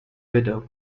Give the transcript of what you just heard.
widow